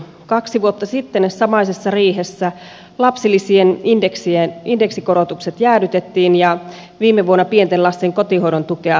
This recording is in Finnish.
kaksi vuotta sitten samaisessa riihessä lapsilisien indeksikorotukset jäädytettiin ja viime vuonna pienten lasten kotihoidon tukea leikattiin